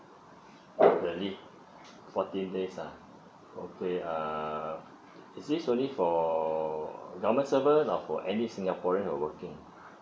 the leave fourteen days ah okay err is this only for or normal servant or any singaporean of working